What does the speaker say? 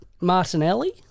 Martinelli